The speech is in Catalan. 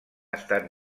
estat